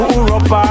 Europe